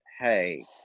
hey